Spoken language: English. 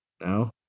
No